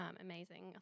amazing